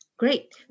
Great